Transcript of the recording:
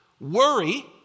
Worry